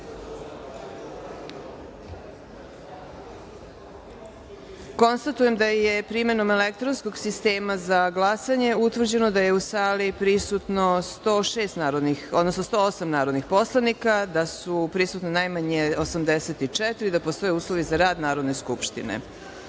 jedinice. Konstatujem da je primenom elektronskog sistema za glasanje utvrđeno da je u sali prisutno 108 narodnih poslanika, da su prisutna najmanje 84, da postoje uslovi za rad Narodne skupštine. Danas